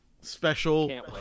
Special